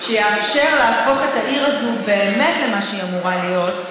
שיאפשר להפוך את העיר הזו באמת למה שהיא אמורה להיות,